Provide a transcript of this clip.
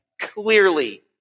clearly